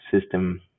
system